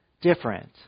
different